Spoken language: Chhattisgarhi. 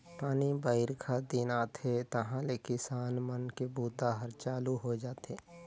पानी बाईरखा दिन आथे तहाँले किसान मन के बूता हर चालू होए जाथे